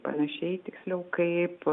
panašiai tiksliau kaip